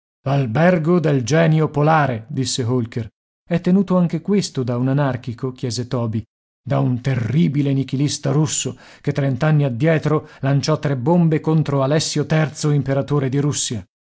l'albergo del genio polare disse holker è tenuto anche questo da un anarchico chiese toby da un terribile nichilista russo che trent'anni addietro lanciò tre bombe contro lessio imperatore di russia